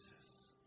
Jesus